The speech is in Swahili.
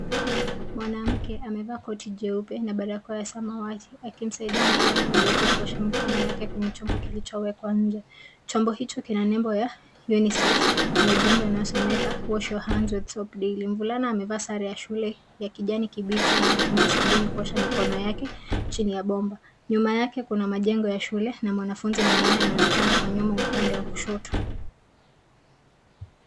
Mwanamke amevaa koti jeupe na barakoa ya samawati akimsaidia mvulana mdogo kuosha mikono yake kwenye chombo kilichowekwa nje. Chombo hicho kina nembo ya UNICEF na ujumbe unasomeka Wash your hands with soap daily . Mvulana amevaa sare ya shule ya kijani kibichi na anatumia sabuni kuosha mikono yake chini ya bomba. Nyuma yake kuna majengo ya shule na mwanafunzi mwingine anayeonekana kwa nyuma upande wa kushoto.